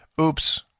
Oops